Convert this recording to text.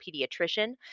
pediatrician